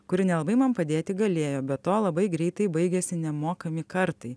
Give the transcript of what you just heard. kuri nelabai man padėti galėjo be to labai greitai baigėsi nemokami kartai